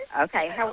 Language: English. Okay